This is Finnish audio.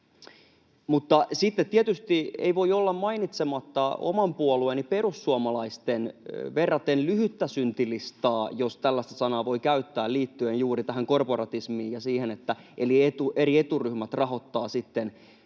Sitten tietysti ei voi olla mainitsematta oman puolueeni perussuomalaisten verraten lyhyttä syntilistaa, jos tällaista sanaa voi käyttää liittyen juuri tähän korporatismiin ja siihen, että eri eturyhmät rahoittavat